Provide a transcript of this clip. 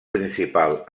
principal